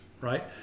right